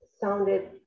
sounded